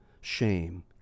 shame